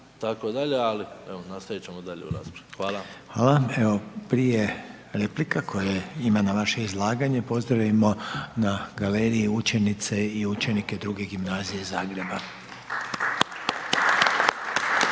Hvala./… Evo nastavit ćemo dalje u raspravi. Hvala. **Reiner, Željko (HDZ)** Hvala. Evo, dvije replike koje ima na vaše izlaganje, pozdravimo na galeriji učenice i učenike Druge gimnazije iz Zagreba.